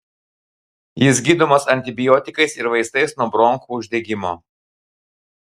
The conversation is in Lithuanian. jis gydomas antibiotikais ir vaistais nuo bronchų uždegimo